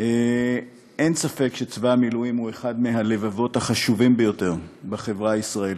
אין ספק שצבא המילואים הוא אחד מהלבבות החשובים ביותר בחברה הישראלית.